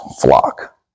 flock